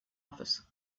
office